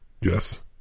Yes